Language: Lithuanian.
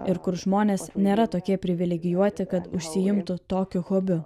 ir kur žmonės nėra tokie privilegijuoti kad užsiimtų tokiu hobiu